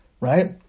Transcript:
right